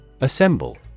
Assemble